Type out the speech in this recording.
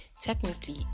technically